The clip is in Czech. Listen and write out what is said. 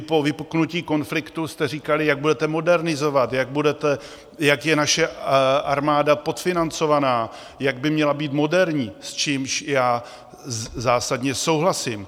Po vypuknutí konfliktu jste říkali, jak budete modernizovat, jak je naše armáda podfinancovaná, jak by měla být moderní, s čímž já zásadně souhlasím.